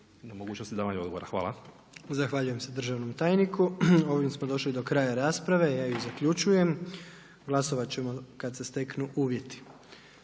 Zahvaljujem se državnom tajniku. Ovim smo došli do kraja rasprave i ja ju zaključujem. Glasovat ćemo kad se steknu uvjeti.